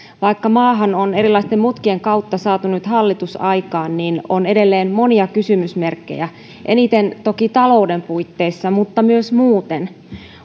vaikka maahan on erilaisten mutkien kautta saatu nyt hallitus aikaan on edelleen monia kysymysmerkkejä eniten toki talouden puitteissa mutta myös muuten